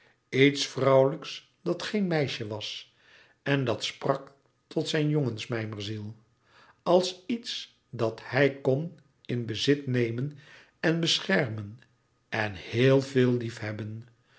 iets vrouwelijks dat geen meisje was en dat sprak tot zijn jongensmijmerziel als iets dat hij kon in bezit nemen en beschermen en heel veel liefhebben